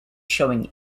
showing